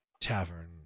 tavern